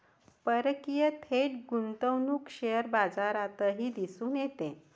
परकीय थेट गुंतवणूक शेअर बाजारातही दिसून येते